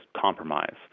compromise